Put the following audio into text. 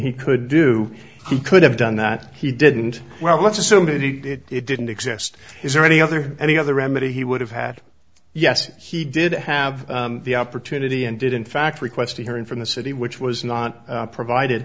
he could do he could have done that he didn't well let's assume that he did it didn't exist is there any other any other remedy he would have had yes he did have the opportunity and did in fact request a hearing from the city which was not provided